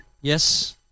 Yes